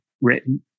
written